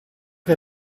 che